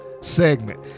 segment